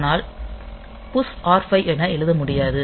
ஆனால் PUSH R5 என எழுத முடியாது